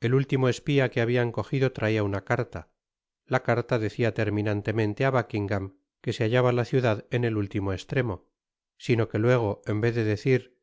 el último espia que habian cojido traia una carta la carta decia terminantemente á buckingam que se hallaba la ciudad en el último estremo sino que luego en vez de decir